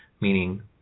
meaning